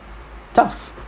tough